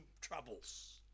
troubles